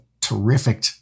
terrific